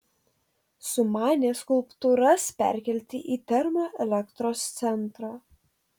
sumanė skulptūras perkelti į termoelektros centrą